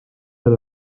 veel